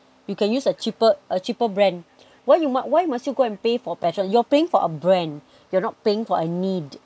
you can use a cheaper a cheaper brand why you mu~ why must you go and pay for petro~ you're paying for a brand you're not paying for a need